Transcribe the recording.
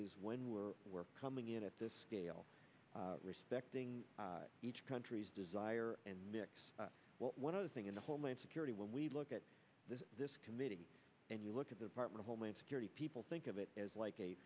is when we're we're coming in at this scale respecting each country's desire and mix one other thing in the homeland security when we look at this committee and you look at the department of homeland security people think of it as like a